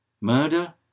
murder